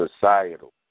societal